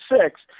six